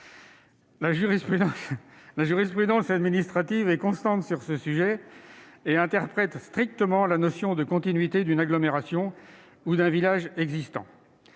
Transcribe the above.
La jurisprudence administrative est constante sur ce sujet et interprète strictement la notion de continuité d'une agglomération ou d'un village existant.